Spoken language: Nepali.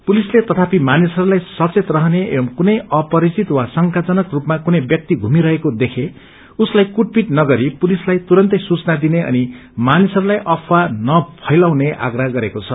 पुलिसले तथापि मानिसहस्ताई सचेत रहने एवं कुनै अपरिचित वा श्रंक्रजनक रूपम कुनै व्यक्ति धमी रहेको देखे उसलाई कुटपिट नगरी पुलिसलाई तुरन्तै सूचना दिने अनि मानिसहस्ताई अफ्वाह नफैलाउने आप्रह गरेको छ